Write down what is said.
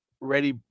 ready